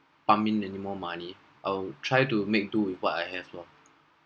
pump in anymore money I'll try to make do with what I have loh